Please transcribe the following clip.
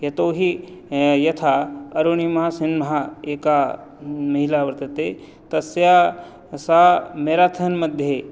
यतोहि यथा अरुणिमासिंहा एका महिला वर्तते तस्या सा मेरथान् मध्ये